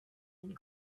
and